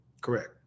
Correct